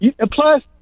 plus